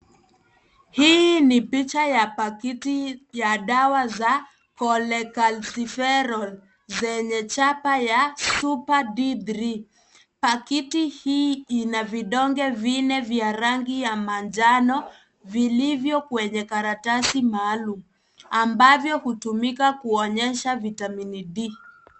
Hii ni picha ya pakiti ya dawa za Chlolecalciferol zenye chapa ya super D3, pakiti hii ina vidonge vinne vya rangi ya manjano vilivyo kwenye karatasi maalum ambavyo hutumika kuongeza vitamini D.